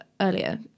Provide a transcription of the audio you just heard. earlier